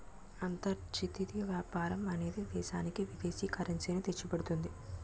అంతర్జాతీయ వ్యాపారం అనేది దేశానికి విదేశీ కరెన్సీ ని తెచ్చిపెడుతుంది